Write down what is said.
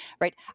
right